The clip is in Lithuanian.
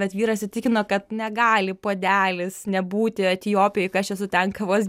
bet vyras įtikino kad negali puodelis nebūti etiopijoj kai aš esu ten kavos